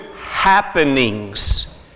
happenings